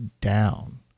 down